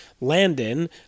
Landon